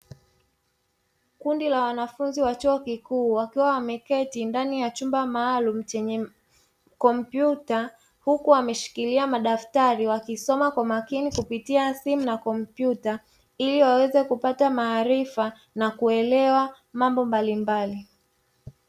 Kundi la wanafunzi wa chuo kikuu wakiwa wameketi ndani ya chumba maalumu chenye kompyuta, huku wameshikilia madaftari, wakisomaa kwa makini kupitia simu na kompyuta; ili waweze kupata maarifa na kuelewa mambo mbalimbali.